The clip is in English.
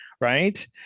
right